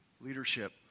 leadership